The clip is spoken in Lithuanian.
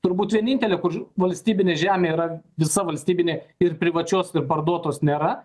turbūt vienintelė kur valstybinė žemė yra visa valstybinė ir privačios ir parduotos nėra